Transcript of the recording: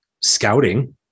scouting